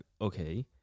okay